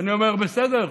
ואני אומר: בסדר,